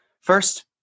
First